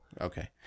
Okay